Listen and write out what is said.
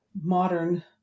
modern